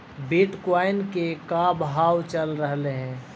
Bitcoin के का भाव चल रहलई हे?